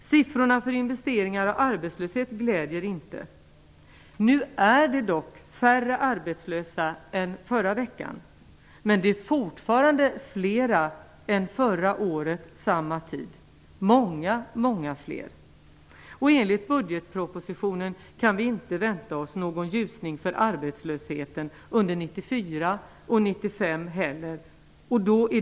Siffrorna för investeringar och arbetslöshet gläder inte. Nu är det dock färre arbetslösa än förra veckan. Men det är fortfarande fler än samma tid förra året -- många, många fler. Enligt budgetpropositionen kan vi inte vänta oss någon ljusning för arbetslösheten under 1994 och 1995 heller.